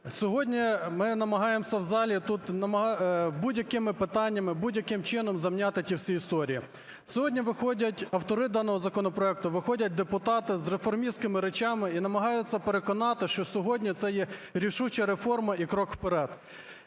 сьогодні ми намагаємося в залі тут будь-якими питаннями, будь-яким чином зам'яти ті всі історії. Сьогодні виходять автори даного законопроекту, виходять депутати з реформістськими речами і намагаються переконати, що сьогодні це є рішуча реформа і крок вперед.